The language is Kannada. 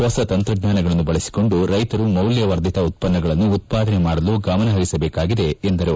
ಹೊಸ ತಂತ್ರಜ್ವಾನಗಳನ್ನು ಬಳಸಿಕೊಂಡು ರೈತರು ಮೌಲ್ಲವರ್ಧಿತ ಉತ್ಪನ್ನಗಳನ್ನು ಉತ್ಪಾದನೆ ಮಾಡಲು ಗಮನ ಹರಿಸಬೇಕಾಗಿದೆ ಎಂದರು